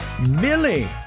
Millie